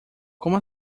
como